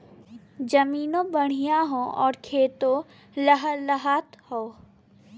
जमीनों बढ़िया हौ आउर खेतो लहलहात हौ